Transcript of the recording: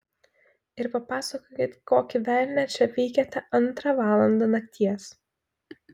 ir papasakokit kokį velnią čia veikiate antrą valandą nakties